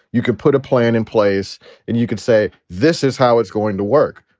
you can put a plan in place and you could say this is how it's going to work.